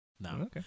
No